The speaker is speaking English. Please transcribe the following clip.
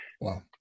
Wow